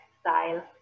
style